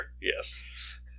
Yes